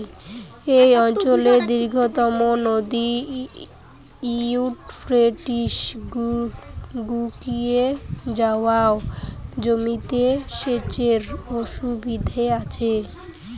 এই অঞ্চলের দীর্ঘতম নদী ইউফ্রেটিস শুকিয়ে যাওয়ায় জমিতে সেচের অসুবিধে হচ্ছে